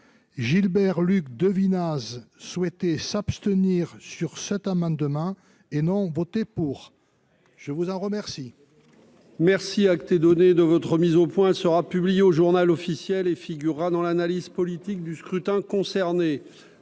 Gilbert Luc devina souhaité s'abstenir sur cet amendement et n'ont voté pour, je vous en remercie.